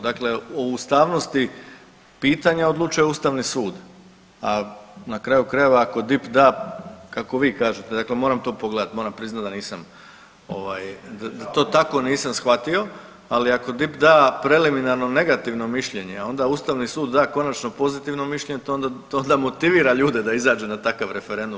Dakle, o ustavnosti pitanja odlučuje Ustavni sud, a na kraju krajeva ako DIP da kako vi kažete, dakle moram to pogledat, moram priznat da nisam to tako nisam shvatio, ali ako DIP da preliminarno negativno mišljenje, a onda Ustavni sud da konačno pozitivno mišljenje to onda motivira ljude da izađu na takav referendum.